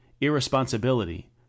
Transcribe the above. irresponsibility